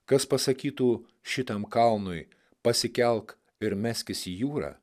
kas pasakytų šitam kalnui pasikelk ir meskis į jūrą